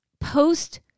post